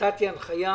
נתתי הנחייה